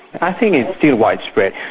i think it's still widespread,